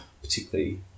particularly